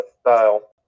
style